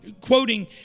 quoting